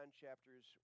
chapters